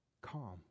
calm